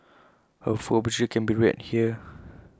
her full obituary can be read here